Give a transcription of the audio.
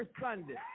Sunday